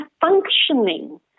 functioning